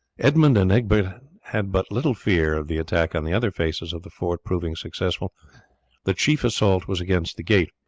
edmund and egbert had but little fear of the attack on the other faces of the fort proving successful the chief assault was against the gate,